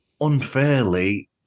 unfairly